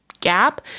gap